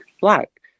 black